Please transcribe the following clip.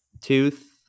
tooth